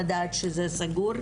לדעת שזה סגור.